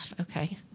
Okay